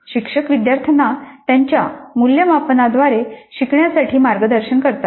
शिक्षक विद्यार्थ्यांना त्यांच्या मूल्यमापनाद्वारे शिकण्यासाठी मार्गदर्शन करतात